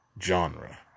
genre